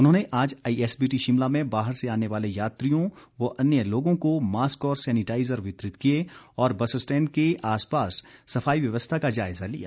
उन्होंने आज आईएसबीटी शिमला में बाहर से आने वाले यात्रियों व अन्य लोगों को मास्क और सैनिटाईजर वितरित किए और बसस्टैंड के आसपास सफाई व्यवस्था का जायजा लिया